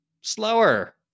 slower